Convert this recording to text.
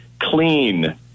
clean